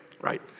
right